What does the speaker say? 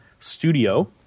Studio